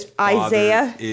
Isaiah